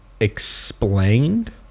explained